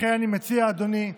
לכן אני מציע, אדוני,